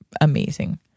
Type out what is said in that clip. amazing